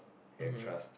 and trust